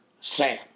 Sam